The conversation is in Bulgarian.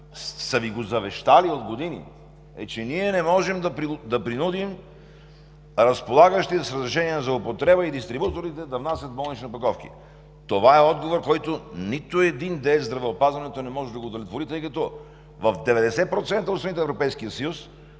са Ви го завещали от години, е, че ние не можем да принудим разполагащите с разрешение за употреба и дистрибуторите да внасят болнични опаковки. Това е отговор, който нито един деец в здравеопазването не може да го удовлетвори, тъй като в 90% от страните в Европейския съюз